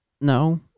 No